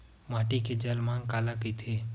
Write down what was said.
माटी के जलमांग काला कइथे?